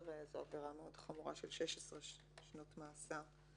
זאת עבירה מאוד חמורה של 16 שנות מאסר.